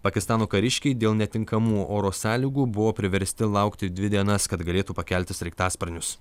pakistano kariškiai dėl netinkamų oro sąlygų buvo priversti laukti dvi dienas kad galėtų pakelti sraigtasparnius